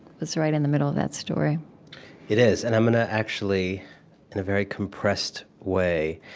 was right in the middle of that story it is, and i'm gonna actually, in a very compressed way,